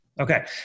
Okay